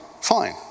Fine